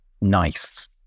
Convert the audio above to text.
nice